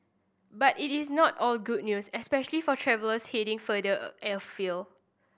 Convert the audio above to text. but it is not all good news especially for travellers heading farther afield